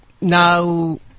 now